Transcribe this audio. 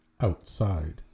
outside